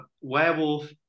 werewolf